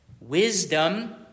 wisdom